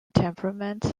temperaments